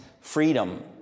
freedom